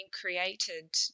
created